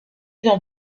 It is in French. dans